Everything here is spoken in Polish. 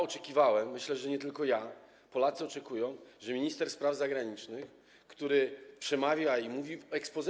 Oczekiwałem, myślę, że nie tylko ja, Polacy oczekują, że minister spraw zagranicznych, który przemawia i mówi w exposé.